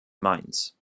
mainz